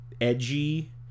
edgy